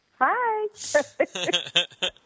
Hi